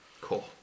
cool